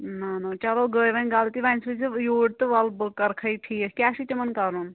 نہَ نہَ چلو گٔے وۅنۍ غلطی وۅنۍ سوٗززیٚو یوٗرۍ تہٕ ولہٕ بہٕ کَرکھ ٹھیٖک کیٛاہ چھُ تِمَن کَرُن